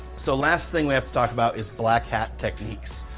so, last thing we have to talk about is black hat techniques.